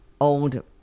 old